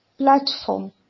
platform